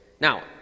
Now